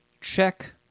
Check